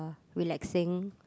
relaxing